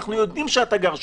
אנחנו יודעים שאתה גר שם,